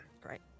Great